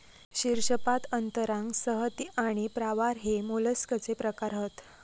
शीर्शपाद अंतरांग संहति आणि प्रावार हे मोलस्कचे प्रकार हत